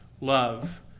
love